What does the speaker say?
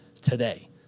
today